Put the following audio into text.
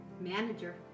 Manager